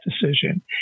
decision